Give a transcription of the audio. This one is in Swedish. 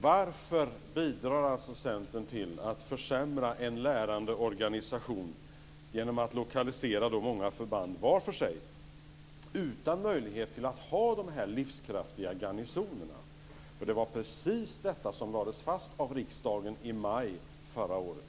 Varför bidrar Centern till att försämra en lärande organisation genom att lokalisera många förband var för sig, utan möjlighet att ha de här livskraftiga garnisonerna? Det var precis detta som lades fast av riksdagen i maj förra året.